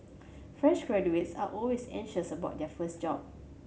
fresh graduates are always anxious about their first job